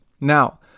now